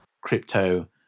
crypto